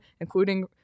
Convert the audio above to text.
including